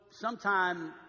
sometime